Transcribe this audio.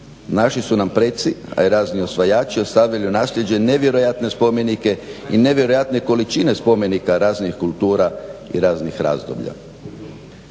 Naši su nam preci a i razni osvajači ostavili u nasljeđe nevjerojatne spomenike i nevjerojatne količine spomenika raznih kultura i raznih razdoblja.